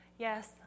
Yes